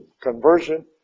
conversion